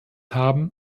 haben